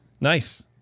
Nice